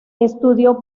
estudió